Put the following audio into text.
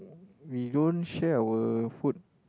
we don't share our food